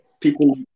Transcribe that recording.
people